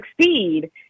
succeed